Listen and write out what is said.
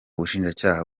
ubushinjacyaha